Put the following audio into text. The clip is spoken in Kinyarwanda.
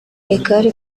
degaule